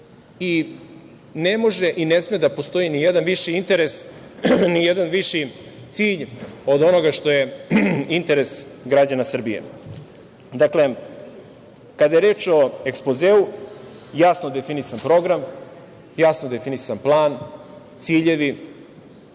Ne može i ne sme da postoji ni jedan viši interes, ni jedan viši cilj od onoga što je interes građana Srbije. Dakle, kada je reč o ekspozeu, jasno definisan program, jasno definisan plan, ciljevi.